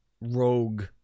rogue